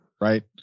Right